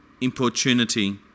importunity